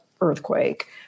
earthquake